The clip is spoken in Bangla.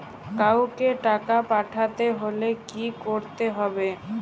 কাওকে টাকা পাঠাতে হলে কি করতে হবে?